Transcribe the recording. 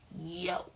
yo